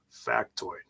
factoid